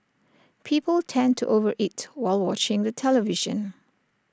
people tend to over eat while watching the television